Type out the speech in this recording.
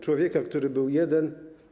Człowieka który był jeden/